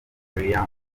liam